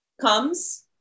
comes